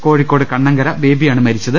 കോഴിക്കോട് കണ്ണങ്കര ബേബിയാണ് മരിച്ചത്